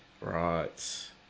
Right